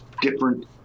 different